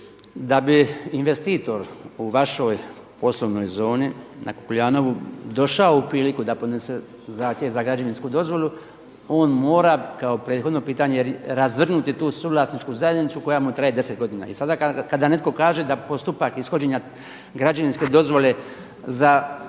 da bi investitor u vašoj poslovnoj zoni na Kukuljanovu došao u priliku da podnese zahtjev za građevinsku dozvolu on mora kao prethodno pitanje razvrgnuti tu suvlasničku zajednicu koja mu traje 10 godina. I sada netko kaže da postupak ishođenja građevinske dozvole za